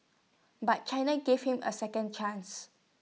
but China gave him A second chance